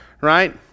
right